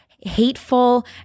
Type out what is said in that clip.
hateful